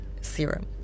Serum